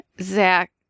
Zach